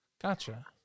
Gotcha